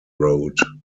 road